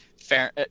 Fair